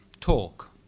talk